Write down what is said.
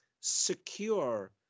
secure